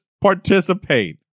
participate